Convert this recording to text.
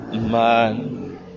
Man